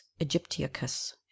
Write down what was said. Egyptiacus